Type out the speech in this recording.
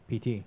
pt